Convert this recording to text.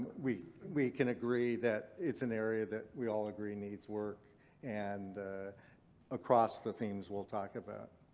we we can agree that it's an area that we all agree needs work and across the themes we'll talk about.